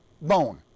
bone